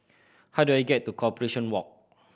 how do I get to Corporation Walk